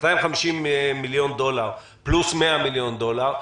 250 מיליון דולר פלוס 100 מיליון דולר,